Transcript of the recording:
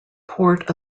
port